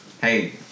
hey